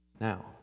now